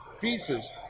pieces